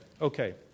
Okay